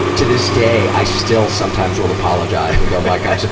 ah to this day i still sometimes will apologise and go oh my god. so